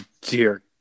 dear